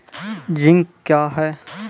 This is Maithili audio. जिंक क्या हैं?